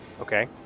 okay